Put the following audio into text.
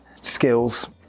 skills